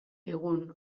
egun